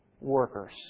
workers